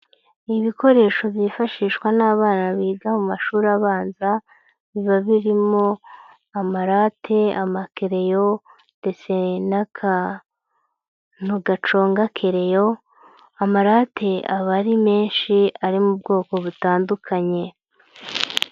Ibikoresho byifashishwa n'abana biga mu mashuri abanza biba birimo amarate, amakereleyo, n'akantu gaconga kereyo, amarate aba ari menshi ari mu bwoko butandukanye.